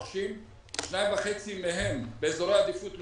2.5 מהם באזורי עדיפות לאומית.